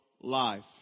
life